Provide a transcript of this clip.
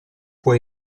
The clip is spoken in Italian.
può